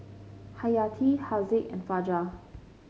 Hayati Haziq and Fajar